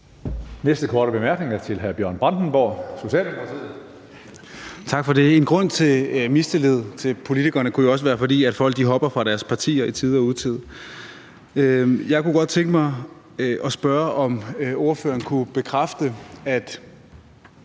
Næste korte bemærkning er til hr. Bjørn Brandenborg, Socialdemokratiet. Kl. 16:58 Bjørn Brandenborg (S): Tak for det. En grund til mistillid til politikere kunne jo også være, at folk hopper fra deres partier i tide og utide. Jeg kunne godt tænke mig at spørge, om ordføreren kunne bekræfte noget.